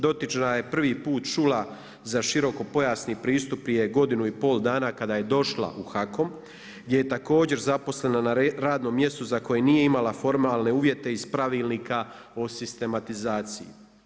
Dotična je prvi put čula za širokopojasni pristup prije godinu i pol dana kada je došla u HAKOM gdje je također zaposlena na radno mjesto za koje nije imala formalne uvjete iz pravilnika o sistematizaciji.